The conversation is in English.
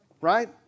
right